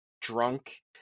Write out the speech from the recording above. drunk